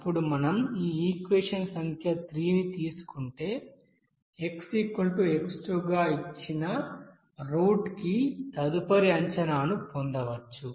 ఇప్పుడు మనం ఈ ఈక్వెషన్ సంఖ్య 3 ను తీసుకుంటే xx2 గా ఇచ్చిన రూట్కి తదుపరి అంచనాను పొందవచ్చు